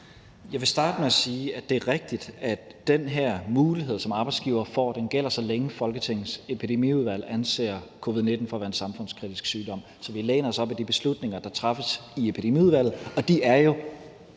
Jeg vil starte med at sige, at det er rigtigt, at den her mulighed, som arbejdsgiveren får, gælder, så længe Folketingets Epidemiudvalg anser covid-19 for at være en samfundskritisk sygdom. Så vi læner os op ad de beslutninger, der træffes i Epidemiudvalget, og der